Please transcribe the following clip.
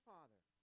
Father